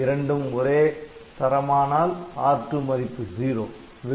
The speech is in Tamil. இரண்டும் ஒரே சரமானால் R2 மதிப்பு '0'